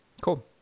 Cool